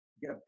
get